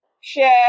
share